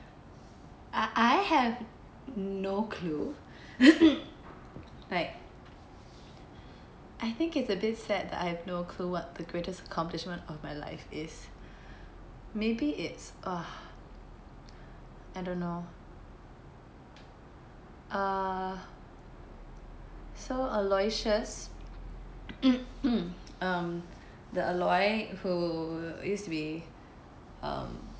I I have no clue like I think it's a bit sad that I have no clue what the greatest accomplishment of my life is maybe it's uh I don't know uh so err aloysius um the aloy who used to be um